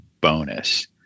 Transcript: bonus